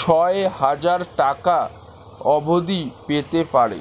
ছয় হাজার টাকা অবধি পেতে পারে